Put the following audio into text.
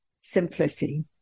simplicity